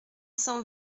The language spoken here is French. cent